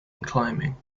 climbing